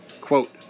Quote